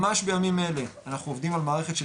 ממש בימים אלה אנחנו עובדים על מערכת של